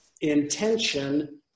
intention